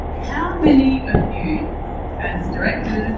how many of you as directors,